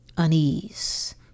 unease